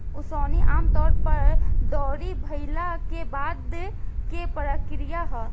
ओसवनी आमतौर पर दौरी भईला के बाद के प्रक्रिया ह